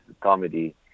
comedy